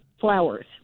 flowers